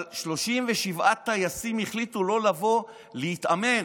אבל 37 טייסים החליטו לא לבוא להתאמן.